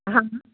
हां